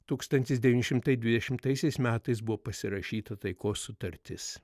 tūkstantis devyni šimtai dvidešimtaisiais metais buvo pasirašyta taikos sutartis